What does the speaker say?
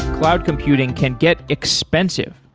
cloud computing can get expensive.